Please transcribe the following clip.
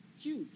Huge